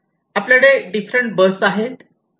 आपल्याकडे different bus आहेत